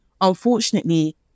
unfortunately